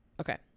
okay